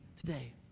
today